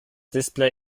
display